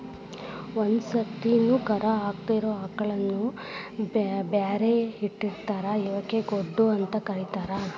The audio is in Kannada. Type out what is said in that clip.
ಒಂದ್ ಸರ್ತಿನು ಕರಾ ಹಾಕಿದಿರೋ ಆಕಳಗಳನ್ನ ಬ್ಯಾರೆ ಇಟ್ಟಿರ್ತಾರ ಇವಕ್ಕ್ ಗೊಡ್ಡ ಅಂತ ಕರೇತಾರ